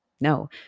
no